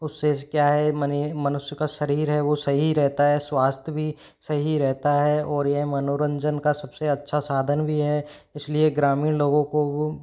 उससे क्या है मने मनुष्य का शरीर है वो सही रहता है स्वास्थ्य भी सही रहता है और ये मनोरंजन का सबसे अच्छा साधन भी है इसलिए ग्रामीण लोगों को वो